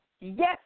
Yes